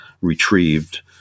retrieved